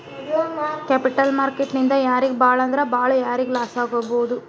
Capital market ನಿಂದಾ ಯಾರಿಗ್ ಭಾಳಂದ್ರ ಭಾಳ್ ಯಾರಿಗ್ ಲಾಸಾಗ್ಬೊದು?